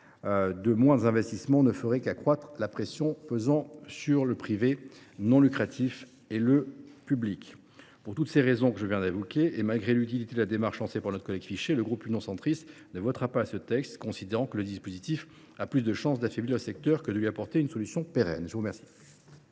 De moindres investissements ne feraient qu’accroître la pression pesant sur les secteurs privés à but non lucratif et public. Pour toutes les raisons que je viens d’invoquer, et malgré l’utilité de la démarche lancée par notre collègue Fichet, le groupe Union Centriste ne votera pas ce texte, considérant que le dispositif a plus de chances d’affaiblir le secteur que de lui apporter une solution pérenne. La parole